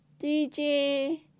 DJ